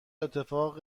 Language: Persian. اتفاق